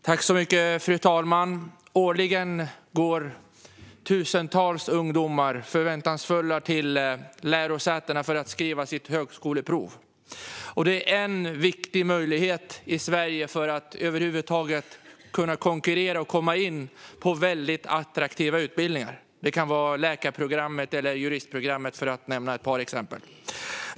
Fru talman! Årligen går tusentals ungdomar förväntansfulla till lärosätena för att skriva sitt högskoleprov. Det är en viktig möjlighet i Sverige för att över huvud taget kunna konkurrera och komma in på attraktiva utbildningar. Det kan vara läkarprogrammet eller juristprogrammet, för att nämna ett par exempel.